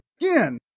again